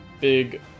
big